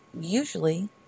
usually